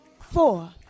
Four